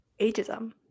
Ageism